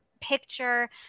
picture